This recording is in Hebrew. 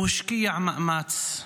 הוא השקיע מאמץ,